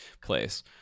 place